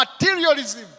materialism